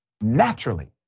naturally